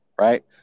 right